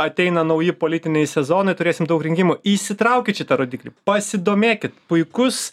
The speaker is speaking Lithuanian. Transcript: ateina nauji politiniai sezonai turėsim daug rinkimų įsitraukit šitą rodiklį pasidomėkit puikus